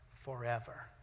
forever